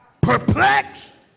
perplexed